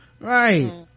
right